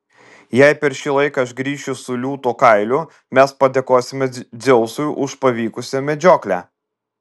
jei per šį laiką aš grįšiu su liūto kailiu mes padėkosime dzeusui už pavykusią medžioklę